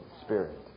spirit